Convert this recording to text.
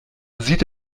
sieht